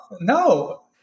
no